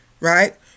Right